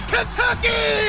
Kentucky